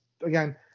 again